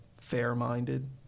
fair-minded